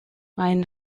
mein